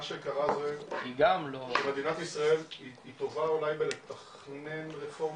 מה שקרה זה שמדינת ישראל היא טובה אולי בלתכנן רפורמות,